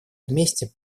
вместе